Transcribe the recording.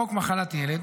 חוק מחלת ילד,